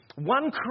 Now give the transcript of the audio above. One